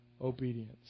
obedience